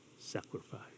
sacrifice